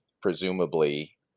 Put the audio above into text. presumably